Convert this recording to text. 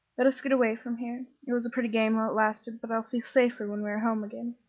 let us get away from here. it was a pretty game, while it lasted, but i'll feel safer when we are home again.